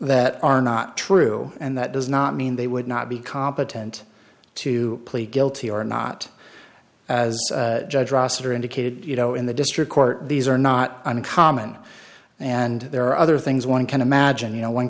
that are not true and that does not mean they would not be competent to plead guilty or not as judge rossiter indicated you know in the district court these are not uncommon and there are other things one can imagine you know one